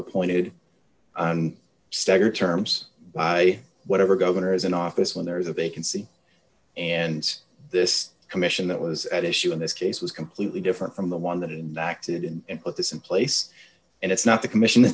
appointed staggered terms by whatever governors in office when there is a vacancy and this commission that was at issue in this case was completely different from the one that enact it in and put this in place and it's not the commission